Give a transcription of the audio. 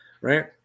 right